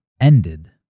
ended